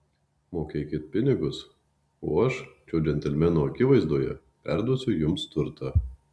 mokėkit pinigus o aš šio džentelmeno akivaizdoje perduosiu jums turtą